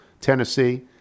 Tennessee